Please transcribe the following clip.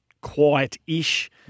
quiet-ish